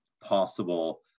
possible